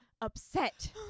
upset